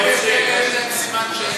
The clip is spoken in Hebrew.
אצלכם, יש להם סימן שאלה.